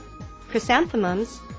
chrysanthemums